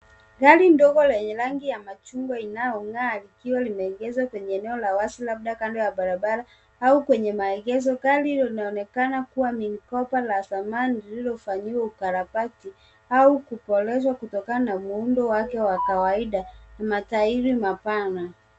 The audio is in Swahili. Gari ndogo lenye rangi ya machungwa inayong'aa likiwa limeegeshwa kwenye eneo la wazi labda kando ya barabara au kwenye maegesho. Gari hilo linaonekana kuwa ni kopa la zamani lililofanyiwa ukarabati au kuboreshwa kutokana na muundo wake wa kawaida wa matairi mapana.